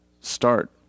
start